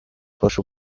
پاشو